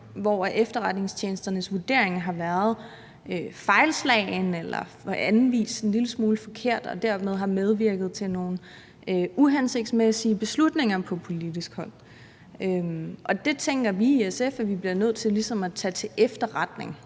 hvor efterretningstjenesternes vurderinger har været fejlslagne eller på anden vis en lille smule forkerte og dermed har medvirket til nogle uhensigtsmæssige beslutninger fra politisk hold. Det tænker vi i SF at vi bliver nødt til ligesom at tage til efterretning